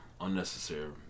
unnecessary